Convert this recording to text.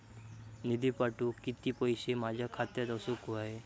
निधी पाठवुक किती पैशे माझ्या खात्यात असुक व्हाये?